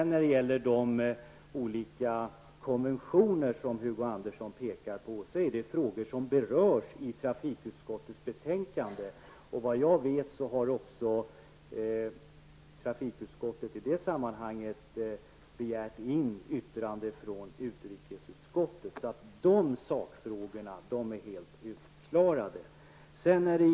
När det gäller de olika konventioner som Hugo Andersson pekar på berörs de i trafikutskottets betänkande. Såvitt jag vet har även trafikutskottet i detta sammanhang begärt in yttrande från utrikesutskottet. Dessa frågor är alltså helt utklarade.